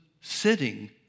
sitting